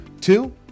Two